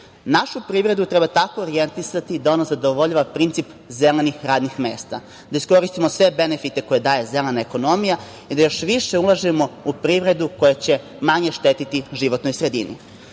privredu treba tako orijentisati da ona zadovoljava princip zelenih radnih mesta, da iskoristimo sve benefite koje daje zelena ekonomija i da još više ulažemo u privredu koja će manje štetiti životnoj sredini. Zaista